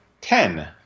Ten